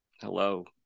hello